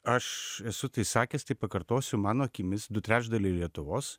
aš esu tai sakęs tai pakartosiu mano akimis du trečdaliai lietuvos